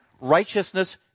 righteousness